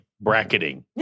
bracketing